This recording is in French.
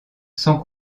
sans